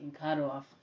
cutoff